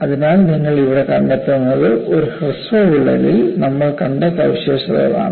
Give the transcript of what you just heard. അതിനാൽ നിങ്ങൾ ഇവിടെ കണ്ടെത്തുന്നത് ഒരു ഹ്രസ്വ വിള്ളലിൽ നമ്മൾ കണ്ട സവിശേഷതകളാണ്